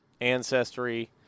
Ancestry